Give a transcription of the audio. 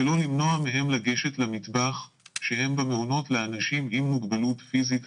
ולא למנוע מהם לגשת למטבח כשהם במעונות לאנשים עם מוגבלות פיזית.